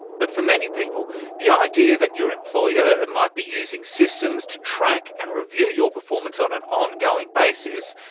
but for many people the idea that your employer might be using systems to track and review your performance on an ongoing basis,